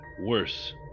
worse